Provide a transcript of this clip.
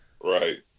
Right